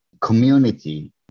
community